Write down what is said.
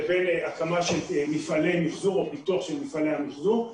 לבין הקמה או פיתוח של מפעלי המחזור.